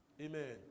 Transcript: Amen